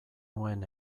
nuen